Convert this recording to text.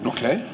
Okay